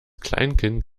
kleinkind